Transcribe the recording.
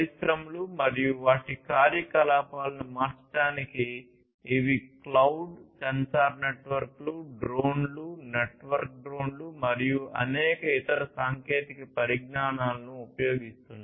పరిశ్రమలు మరియు వాటి కార్యకలాపాలను మార్చడానికి ఇవి క్లౌడ్ సెన్సార్ నెట్వర్క్లు డ్రోన్లు నెట్వర్క్డ్ డ్రోన్లు మరియు అనేక ఇతర సాంకేతిక పరిజ్ఞానాలను ఉపయోగిస్తున్నాయి